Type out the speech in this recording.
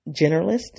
generalist